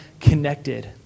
connected